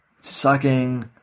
sucking